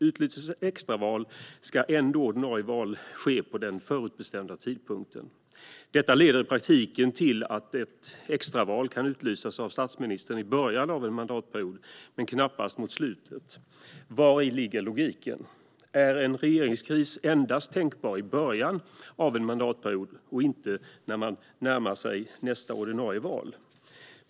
Utlyses ett extraval ska ordinarie val ändå ske på den förutbestämda tidpunkten. Detta leder i praktiken till att ett extraval kan utlysas av statsministern i början av en mandatperiod, men knappast mot slutet. Vari ligger logiken? Är en regeringskris endast tänkbar i början av en mandatperiod och inte när man närmar sig nästa ordinarie val?